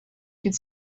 could